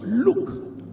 Look